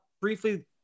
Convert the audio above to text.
briefly